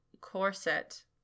corset